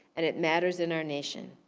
and it matters in our nation.